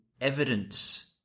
evidence